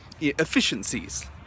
efficiencies